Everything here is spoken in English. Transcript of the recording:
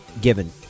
given